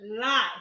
lie